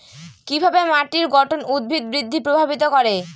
কিভাবে মাটির গঠন উদ্ভিদ বৃদ্ধি প্রভাবিত করে?